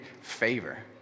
favor